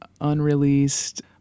unreleased